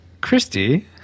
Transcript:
Christy